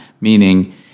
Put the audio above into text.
meaning